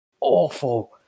awful